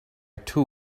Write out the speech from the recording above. too